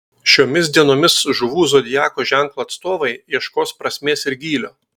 šiomis dienomis žuvų zodiako ženklo atstovai ieškos prasmės ir gylio